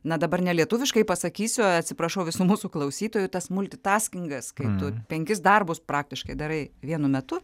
na dabar nelietuviškai pasakysiu atsiprašau visų mūsų klausytojų tas multitaskingas kai tu penkis darbus praktiškai darai vienu metu